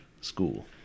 school